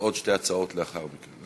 יש עוד שתי הצעות לאחר מכן.